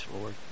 Lord